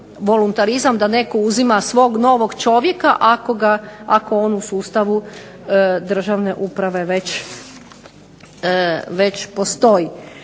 voluntarizam da netko uzima svog novog čovjeka ako on u sustavu državne uprave već postoji.